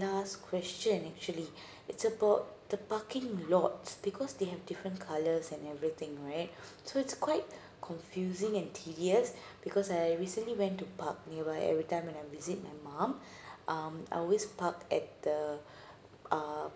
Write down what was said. last question actually it's about the parking lot because they have different colours and everything right so it's quite confusing and tedious because I recently went to park nearby everytime when I'm visit my mom um I always park at the uh